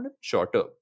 shorter